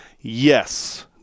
yes